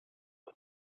the